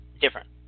different